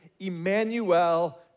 Emmanuel